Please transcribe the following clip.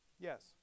Yes